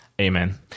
Amen